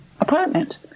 apartment